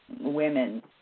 women